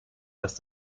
dass